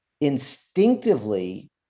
instinctively